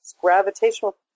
Gravitational